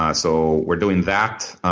ah so we're doing that.